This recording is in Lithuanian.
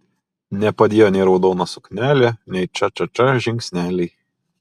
nepadėjo nei raudona suknelė nei ča ča ča žingsneliai